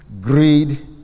greed